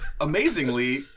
amazingly